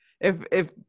if—if